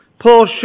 Paul